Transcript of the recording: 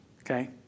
Okay